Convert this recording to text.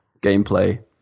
gameplay